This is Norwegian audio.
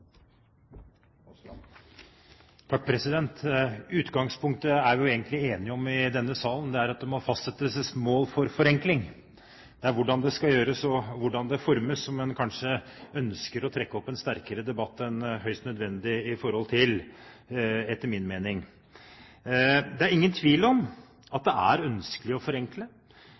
at det må fastsettes et mål for forenkling. Det er hvordan det skal gjøres og hvordan det skal utformes, som en etter min mening kanskje ønsker en sterkere debatt om enn høyst nødvendig. Det er ingen tvil om at det er ønskelig å forenkle,